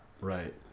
right